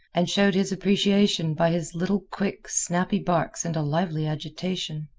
and showed his appreciation by his little quick, snappy barks and a lively agitation.